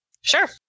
Sure